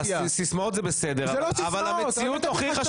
סיסמאות זה בסדר אבל המציאות הוכיחה --- אלה לא סיסמאות.